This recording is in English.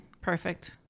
perfect